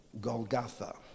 Golgotha